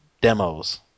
demos